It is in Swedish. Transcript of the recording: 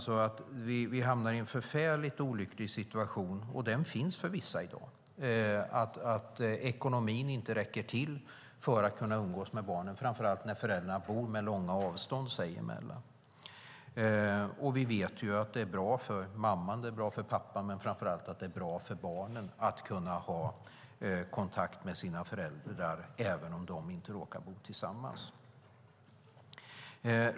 Man kan hamna i en mycket olycklig situation - som finns för vissa i dag - att ekonomin inte räcker till för att kunna umgås med barnen, framför allt när föräldrarna bor med långa avstånd mellan sig. Vi vet att det är bra för mamman och för pappan men framför allt för barnen med kontakt mellan föräldrar och barn, även om de inte råkar bo tillsammans.